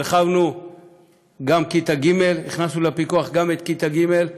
הרחבנו עד כיתה ג', הכנסנו לפיקוח גם את כיתה ג'.